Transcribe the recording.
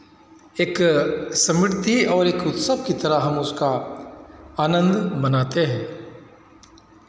एक समृद्धि और उत्सव की तरह हम उसका आनंद मनाते हैं